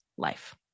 life